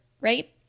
right